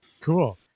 Cool